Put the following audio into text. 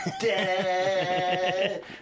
Dead